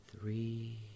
three